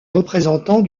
représentants